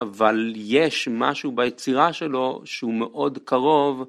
אבל יש משהו ביצירה שלו שהוא מאוד קרוב.